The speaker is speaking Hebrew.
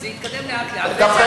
וזה התקדם לאט לאט,